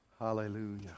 Hallelujah